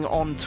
on